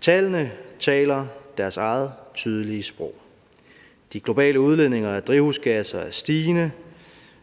Tallene taler deres eget tydelige sprog. De globale udledninger af drivhusgasser er stigende,